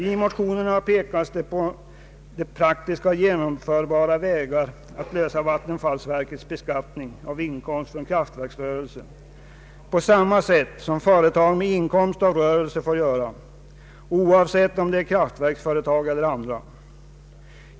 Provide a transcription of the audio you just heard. I motionerna pekas det på praktiskt genomförbara vägar att lösa vattenfallsverkets beskattning av inkomst från kraftverksrörelse på samma sätt som alla företag med inkomst av rörelse får göra, oavsett om det är kraftverksföretag eller andra.